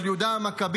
של יהודה המכבי.